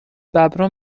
ببرا